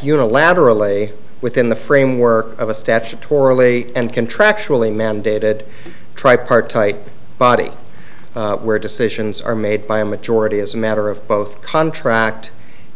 unilaterally within the framework of a statutorily and contractually mandated tripartite body where decisions are made by a majority as a matter of both contract